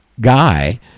guy